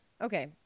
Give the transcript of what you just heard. Okay